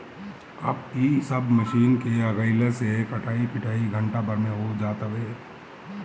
अब इ सब मशीन के आगइला से कटाई पिटाई घंटा भर में हो जात हवे